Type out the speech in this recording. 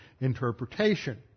interpretation